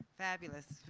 fabulous,